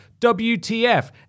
WTF